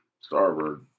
Starboard